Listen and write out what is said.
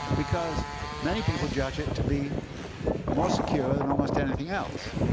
because many people judge it to be more secure than almost anything else.